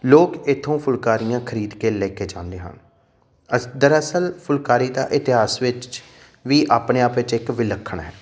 ਲੋਕ ਇੱਥੋਂ ਫੁਲਕਾਰੀਆਂ ਖਰੀਦ ਕੇ ਲੈ ਕੇ ਜਾਂਦੇ ਹਨ ਅਸ ਦਰਅਸਲ ਫੁਲਕਾਰੀ ਦਾ ਇਤਿਹਾਸ ਵਿੱਚ ਵੀ ਆਪਣੇ ਆਪ ਵਿੱਚ ਇੱਕ ਵਿਲੱਖਣ ਹੈ